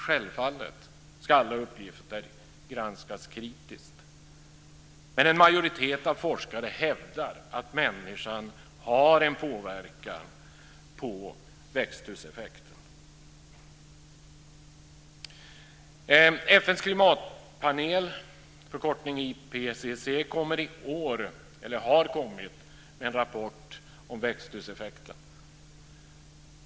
Självfallet ska alla uppgifter granskas kritiskt, men en majoritet av forskare hävdar att människan har en påverkan på växthuseffekten. FN:s klimatpanel, IPCC, har i år lagt fram en rapport om växthuseffekten.